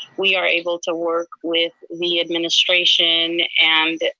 we are able to work with the administration and